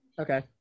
Okay